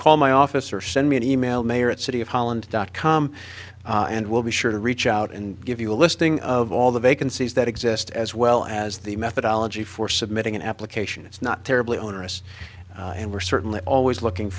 call my office or send me an email mayor at city of holland dot com and we'll be sure to reach out and give you a listing of all the vacancies that exist as well as the methodology for submitting an application it's not terribly onerous and we're certainly always looking